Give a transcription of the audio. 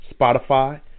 Spotify